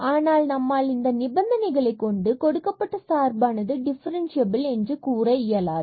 ஆனால் நம்மால் இந்த நிபந்தனைகளைக் கொண்டு கொடுக்கப்பட்ட சார்பானது டிஃபரன்சியபில் என்று கூற இயலாது